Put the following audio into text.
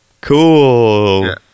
cool